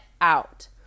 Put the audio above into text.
out